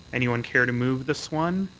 anyone care to move this one?